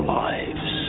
lives